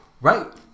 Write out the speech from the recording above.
Right